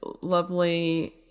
lovely –